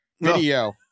video